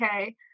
okay